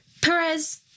Perez